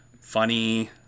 funny